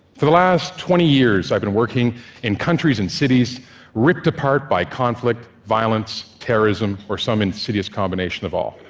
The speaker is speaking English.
for the last twenty years, i've been working in countries and cities ripped apart by conflict, violence, terrorism, or some insidious combination of all.